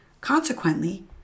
Consequently